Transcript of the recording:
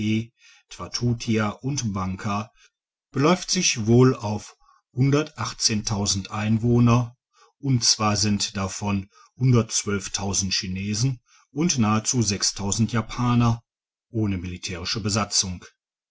und banka beläuft sich wohl auf einwohner und zwar sind davon chinesen und nahezu japaner ohne militärische besatzung